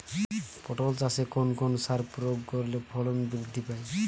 পটল চাষে কোন কোন সার প্রয়োগ করলে ফলন বৃদ্ধি পায়?